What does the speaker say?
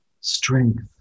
strength